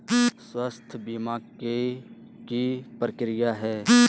स्वास्थ बीमा के की प्रक्रिया है?